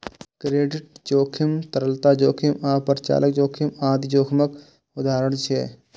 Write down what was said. credit जोखिम, तरलता जोखिम आ परिचालन जोखिम आदि जोखिमक उदाहरण छियै